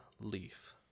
leaf